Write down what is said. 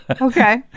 Okay